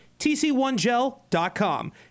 TC1Gel.com